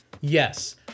yes